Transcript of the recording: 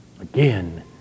Again